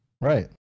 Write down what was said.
Right